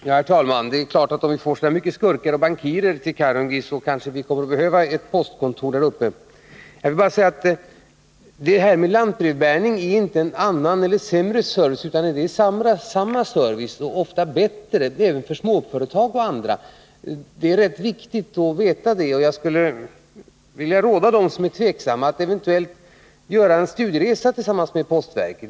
Herr talman! Om vi får så många skurkar och bankirer till Karungi, kanske vi behöver ett postkontor där uppe. Lantbrevbäringen är inte en annan eller sämre service. Det är samma och ofta bättre service för småföretag och andra. Det är rätt viktigt att veta det. Jag skulle vilja råda dem som är tveksamma att göra en studieresa tillsammans med postverket.